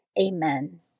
Amen